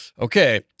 okay